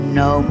no